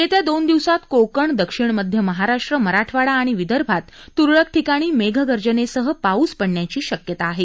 येत्या दोन दिवसात कोकण दक्षिण मध्य महाराष्ट्र मराठवाडा आणि विदर्भात तुरळक ठिकाणी मेघगर्जनेसह पाऊस पडण्याची शक्यता आहे